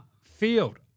Field